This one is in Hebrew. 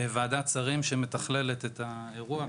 ועדת שרים שמתכללת את האירוע,